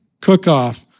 cook-off